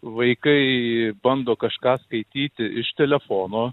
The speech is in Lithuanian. vaikai bando kažką skaityti iš telefono